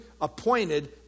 appointed